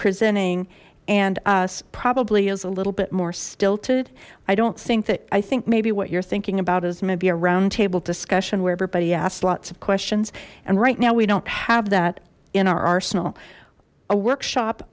presenting and us probably is a little bit more stilted i don't think that i think maybe what you're thinking about is maybe a roundtable discussion where everybody asks lots of questions and right now we don't have that in our arsenal a workshop